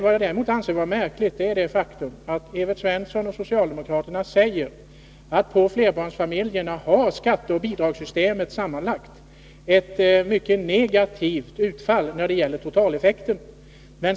Vad jag däremot anser vara märkligt är att Evert Svensson och socialdemokraterna säger att skatteoch bidragssystemet sammanlagt har ett mycket negativt utfall när det gäller totaleffekten på flerbarnsfamiljerna.